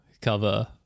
cover